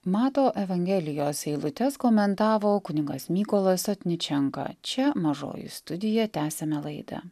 mato evangelijos eilutes komentavo kunigas mykolas sotničenka čia mažoji studija tęsiame laidą